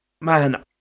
man